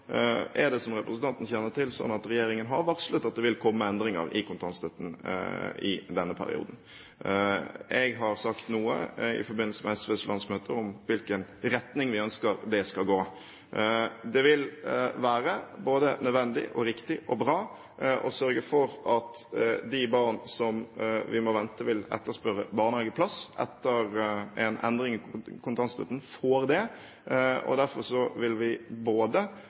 er det, som representanten kjenner til, sånn at regjeringen har varslet at det vil komme endringer i denne perioden. Jeg har sagt noe i forbindelse med SVs landsmøte om i hvilken retning vi ønsker det skal gå. Det vil være både nødvendig, riktig og bra å sørge for at de barn som vi må vente det vil etterspørres barnehageplass for etter en endring i kontantstøtten, får det. Derfor vil vi i forbindelse med slike endringer både